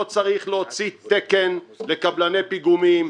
פה צריך להוציא תקן לקבלני פיגומים,